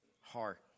heart